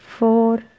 Four